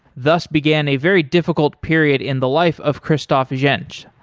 thus, began a very difficult period in the life of christoph jentzsch.